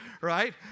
right